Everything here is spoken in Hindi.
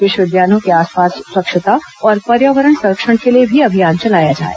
विश्वविद्यालयों के आसपास स्वच्छता और पर्यावरण संरक्षण के लिए भी अभियान चलाया जाए